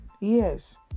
yes